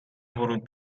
ورود